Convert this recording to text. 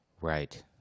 Right